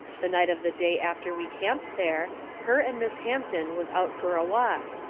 the night of the day after we camped there, her and miss hampton was out fur a walk.